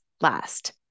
last